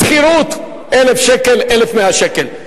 שכירות, 1,000 שקל, 1,100 שקל.